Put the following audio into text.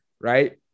right